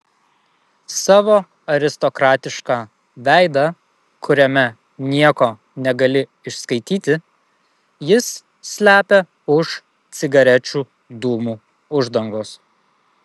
savo aristokratišką veidą kuriame nieko negali išskaityti jis slepia už cigarečių dūmų uždangos